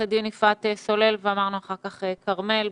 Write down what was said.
עורכת דין יפעת סולל ואחר כך כרמל.